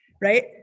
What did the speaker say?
Right